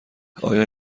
آیا